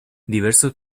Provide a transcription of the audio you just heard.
diversos